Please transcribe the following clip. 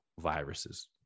viruses